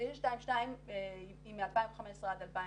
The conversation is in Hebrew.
922 היא מ-2015 עד 2020,